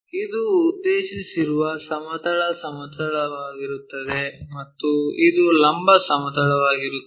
ಇದು ಉದ್ದೇಶಿಸಿರುವ ಸಮತಲ ಸಮತಲವಾಗಿರುತ್ತದೆ ಮತ್ತು ಇದು ಲಂಬ ಸಮತಲವಾಗಿರುತ್ತದೆ